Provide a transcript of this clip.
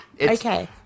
Okay